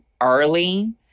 early